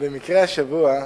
במקרה השבוע,